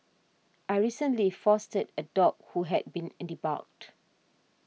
I recently fostered a dog who had been in debarked